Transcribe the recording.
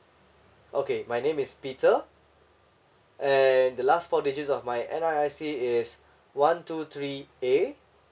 okay my name is peter and the last four digits of my N_R_I_C is one two three A